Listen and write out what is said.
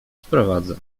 sprowadza